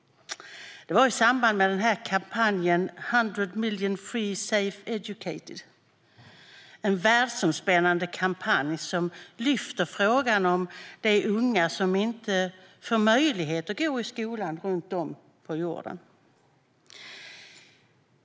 Det var i samband med kampanjen 100 million Free Safe Educated, en världsomspännande kampanj som lyfter frågan om de unga runt om på jorden i dag som inte får möjlighet att gå i skolan.